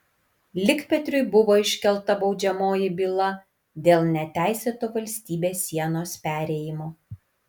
likpetriui buvo iškelta baudžiamoji byla dėl neteisėto valstybės sienos perėjimo